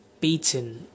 beaten